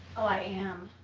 oh i am.